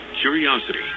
curiosity